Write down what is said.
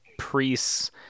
priests